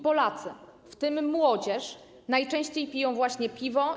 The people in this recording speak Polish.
Polacy, w tym młodzież, najczęściej piją właśnie piwo.